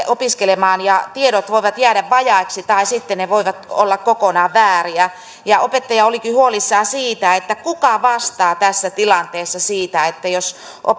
opiskelemaan ja tiedot voivat jäädä vajaiksi tai sitten ne voivat olla kokonaan vääriä opettaja olikin huolissaan siitä kuka vastaa tässä tilanteessa siitä jos